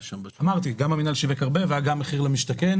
כן, גם המינהל שיווק הרבה וגם היה מחיר למשתכן.